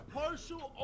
partial